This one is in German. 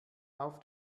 auf